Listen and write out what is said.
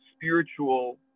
spiritual